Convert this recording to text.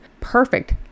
perfect